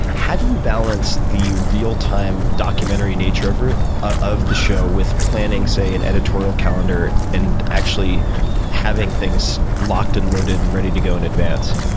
how do you balance the real time documentary nature of ah of the show with planning, say, an editorial calendar and actually having things locked and loaded and ready to go in advance?